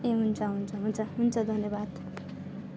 ए हुन्छ हुन्छ हुन्छ हुन्छ धन्यवाद